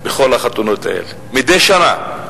בכל החתונות האלה, מדי שנה.